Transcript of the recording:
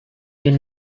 your